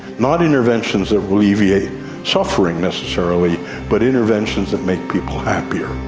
not interventions that alleviate suffering necessarily but interventions that make people happier.